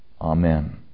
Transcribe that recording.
Amen